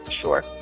Sure